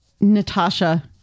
Natasha